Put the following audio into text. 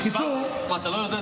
מה זה אומר?